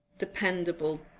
Dependable